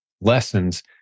lessons